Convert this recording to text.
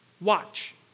watch